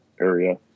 area